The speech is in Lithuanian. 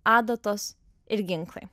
adatos ir ginklai